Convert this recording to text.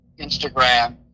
instagram